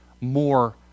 more